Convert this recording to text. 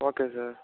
okay sir